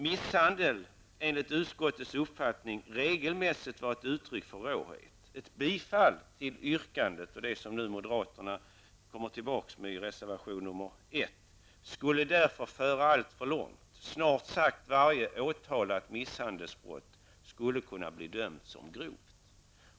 Misshandel är enligt utskottets uppfattning regelmässigt ett uttryck för råhet. Ett bifall till moderaternas yrkande, som de återkommer med i resevation 1, skulle därför föra alltför långt. Snart sagt varje åtalat misshandelsbrott skulle kunna bli bedömt som grovt.